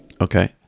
Okay